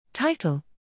Title